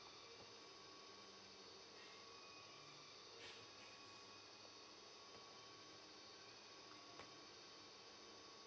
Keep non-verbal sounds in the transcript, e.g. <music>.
<breath>